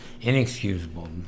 inexcusable